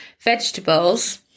vegetables